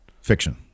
Fiction